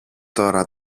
τώρα